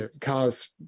cars